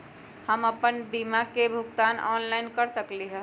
हम अपन बीमा के भुगतान ऑनलाइन कर सकली ह?